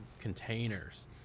containers